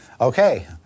Okay